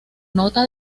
nota